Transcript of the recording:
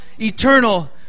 Eternal